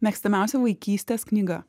mėgstamiausia vaikystės knyga